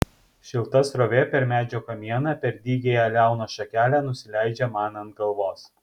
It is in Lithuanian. šilta srovė per medžio kamieną per dygiąją liauną šakelę nusileidžia man ant galvos